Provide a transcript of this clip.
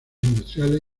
industriales